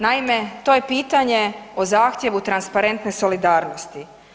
Naime, to je pitanje o zahtjevu transparentne solidarnosti.